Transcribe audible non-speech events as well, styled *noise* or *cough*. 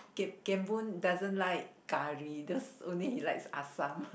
Gem Gem-Boon doesn't like curry those only he likes assam *laughs*